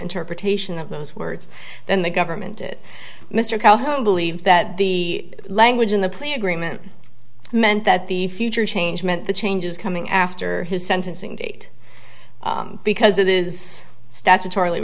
interpretation of those words than the government it mr calhoun believed that the language in the plea agreement meant that the future change meant the changes coming after his sentencing date because it is statutor